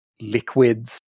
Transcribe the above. liquids